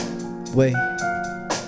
Wait